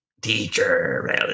Teacher